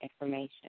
information